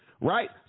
right